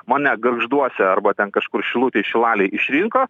mane gargžduose arba ten kažkur šilutėj šilalėj išrinko